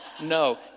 No